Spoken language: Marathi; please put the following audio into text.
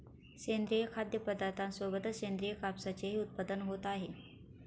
सेंद्रिय खाद्यपदार्थांसोबतच सेंद्रिय कापसाचेही उत्पादन होत आहे